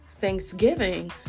Thanksgiving